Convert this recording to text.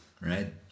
right